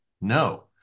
No